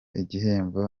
igihembo